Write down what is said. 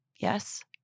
Yes